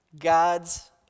God's